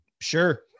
sure